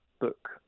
book